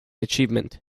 achievement